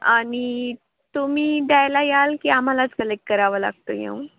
आणि तुम्ही द्यायला याल की आम्हालाच कलेक्ट करावं लागतं येऊन